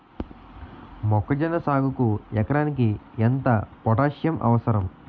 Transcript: మొక్కజొన్న సాగుకు ఎకరానికి ఎంత పోటాస్సియం అవసరం?